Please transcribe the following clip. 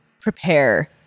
prepare